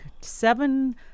seven